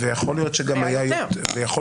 יכול להיות שהיו גם יותר,